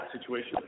situation